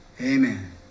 amen